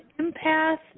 empath